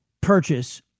purchase